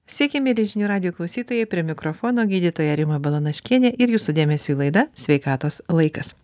sveiki mieli žinių radijo klausytojai prie mikrofono gydytoja rima balanaškienė ir jūsų dėmesiui laida sveikatos laikas